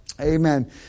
Amen